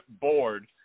board